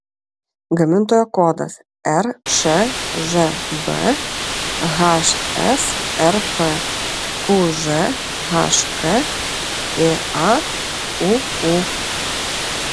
gamintojo kodas rčžb hsrp qžhk ėauu